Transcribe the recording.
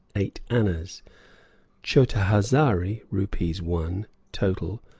eight annas chota-hazari, rupees one total,